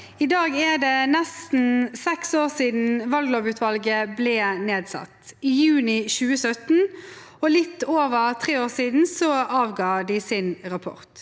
I dag er det nes- ten seks år siden valglovutvalget ble nedsatt, i juni 2017, og for litt over tre år siden avga de sin rapport.